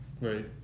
Right